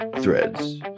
Threads